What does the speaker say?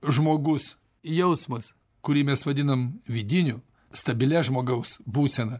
žmogus jausmas kurį mes vadinam vidiniu stabilia žmogaus būsena